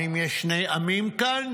האם יש שני עמים כאן?